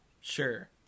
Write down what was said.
Sure